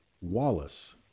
Wallace